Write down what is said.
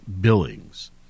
Billings